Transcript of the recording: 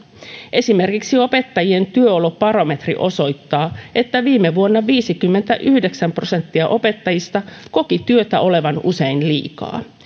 esimerkiksi opettajien työolobarometri osoittaa että viime vuonna viisikymmentäyhdeksän prosenttia opettajista koki työtä olevan usein liikaa